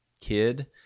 kid